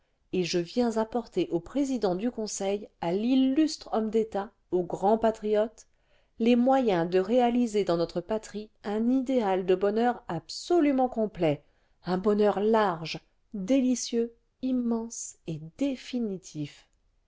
et je viens apporter au président du conseil à l'illustre homme d'état au grand patriote les moyens de réaliser dans notre patrie un idéal de bonheur absolument complet un bonheur large délicieux immense et définitif